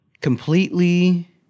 completely